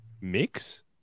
mix